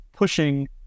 pushing